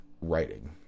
writing